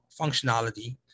functionality